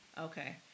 Okay